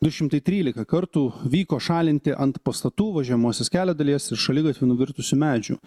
du šimtai trylika kartų vyko šalinti ant pastatų važiuojamosios kelio dalies ir šaligatvių nuvirtusių medžių